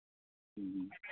ᱦᱚᱸ